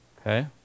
Okay